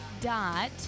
dot